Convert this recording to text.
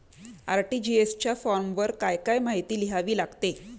RTGS च्या फॉर्मवर काय काय माहिती लिहावी लागते?